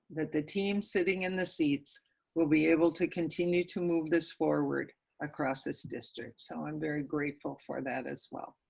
that the team sitting in the seats will be able to continue to move this forward across this district, so i'm very grateful for that as well.